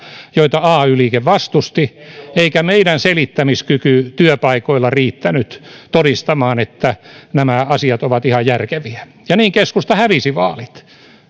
joita ay liike vastusti eikä meidän selittämiskykymme työpaikoilla riittänyt todistamaan että nämä asiat ovat ihan järkeviä ja niin keskusta hävisi vaalit